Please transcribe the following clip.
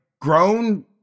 grown